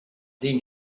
then